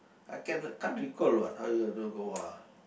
I cann~ can't recall what how you want to go ah